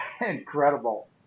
incredible